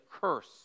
curse